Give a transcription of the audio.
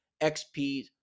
XP